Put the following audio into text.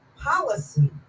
policy